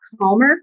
calmer